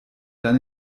dann